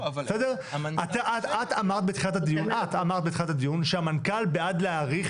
את אמרת בתחילת הדיון שהמנכ"ל בעד להאריך,